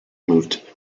moved